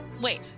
Wait